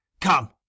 Come